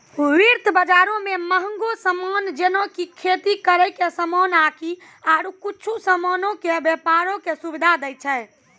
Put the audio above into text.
वित्त बजारो मे मंहगो समान जेना कि खेती करै के समान आकि आरु कुछु समानो के व्यपारो के सुविधा दै छै